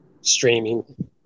streaming